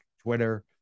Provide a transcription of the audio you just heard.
Twitter